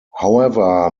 however